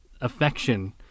affection